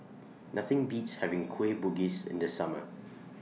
Nothing Beats having Kueh Bugis in The Summer